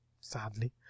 sadly